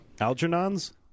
Algernon's